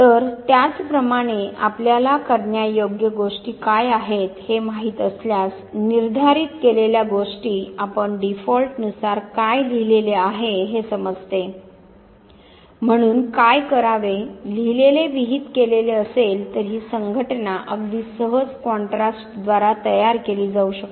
तर त्याचप्रमाणे आपल्याला करण्यायोग्य गोष्टी काय आहेत हे माहित असल्यास निर्धारित केलेल्या गोष्टी आपण डीफॉल्टनुसार काय लिहिलेले आहे हे समजते म्हणून काय करावेलिहिलेले विहित केलेले असेल तर ही संघटना अगदी सहज कॉन्ट्रास्टद्वारे तयार केली जाऊ शकते